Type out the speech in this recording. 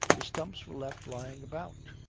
the stumps were left lying about.